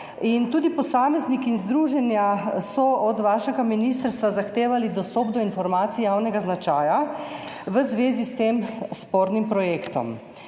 tudi posamezniki in združenja so od vašega ministrstva zahtevali dostop do informacij javnega značaja v zvezi s tem spornim projektom.